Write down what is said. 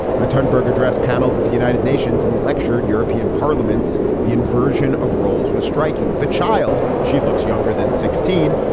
when steinberg address panels at the united nations and lectured european parliaments, the inversion of roles was striking the child. she looks younger than sixteen,